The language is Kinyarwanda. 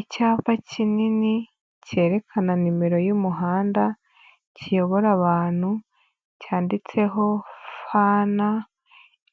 Icyapa kinini cyerekana nimero y'umuhanda, kiyobora abantu, cyanditseho FN